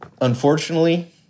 unfortunately